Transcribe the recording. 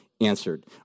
answered